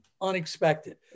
unexpected